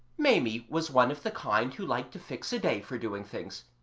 maimie was one of the kind who like to fix a day for doing things,